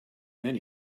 then